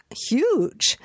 huge